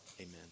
Amen